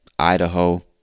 Idaho